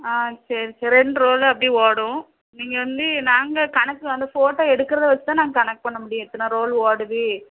ஆ சரி சே ரெண்டு ரோல் எப்படியும் ஓடும் நீங்கள் வந்து நாங்கள் கணக்கு அந்த ஃபோட்டோ எடுக்கிறத வச்சுதான் நாங்கள் கணக்கு பண்ண முடியும் இத்தனை ரோல் ஓடுது